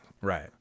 right